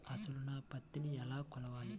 అసలు నా పత్తిని ఎలా కొలవాలి?